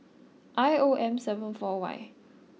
I O M seven four Y